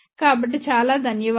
కాబట్టి చాలా ధన్యవాదాలు